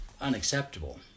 unacceptable